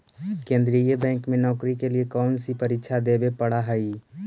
केन्द्रीय बैंक में नौकरी के लिए कौन सी परीक्षा देवे पड़ा हई